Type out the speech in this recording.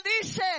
dice